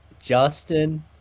Justin